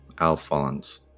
Alphonse